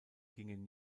gingen